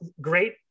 great